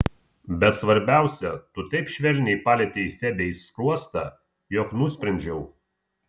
bet svarbiausia tu taip švelniai palietei febei skruostą jog nusprendžiau